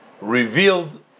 Revealed